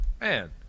man